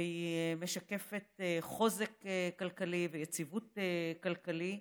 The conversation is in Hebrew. והיא משקפת חוזק כלכלי ויציבות כלכלית,